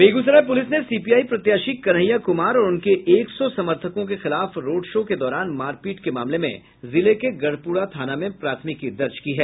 बेगूसराय प्रलिस ने सीपीआई प्रत्याशी कन्हैया कुमार और उनके एक सौ समर्थकों के खिलाफ रोड शो के दौरान मारपीट के मामले में जिले के गढ़पुरा थाना में प्राथमिकी दर्ज की है